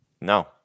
No